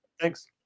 Thanks